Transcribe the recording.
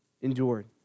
endured